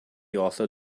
also